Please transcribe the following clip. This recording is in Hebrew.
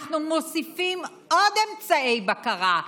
אנחנו מוסיפים עוד אמצעי בקרה.